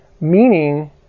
meaning